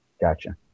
Gotcha